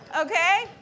Okay